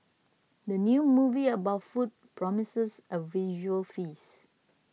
the new movie about food promises a visual feast